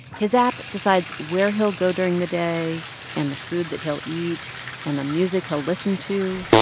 his app decides where he'll go during the day and the food that he'll eat and the music he'll listen to,